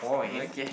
okay